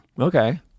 Okay